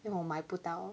then 我买不到